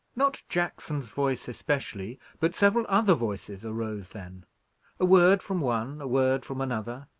not jackson's voice especially, but several other voices arose then a word from one, a word from another,